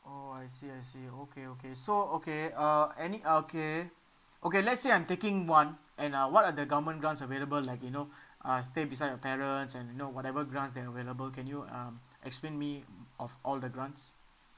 oh I see I see okay okay so okay uh any uh okay okay let's say I'm taking one and uh what are the government grants available like you know uh stay beside your parents and you know whatever grants that available can you um explain me of all the grants